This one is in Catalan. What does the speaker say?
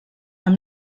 amb